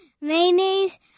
mayonnaise